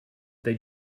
they